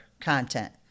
content